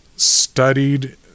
studied